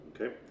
okay